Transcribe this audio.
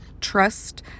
trust